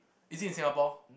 is it in Singapore